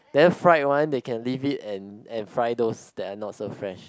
then fried one they can leave it and and fried those they are not so fresh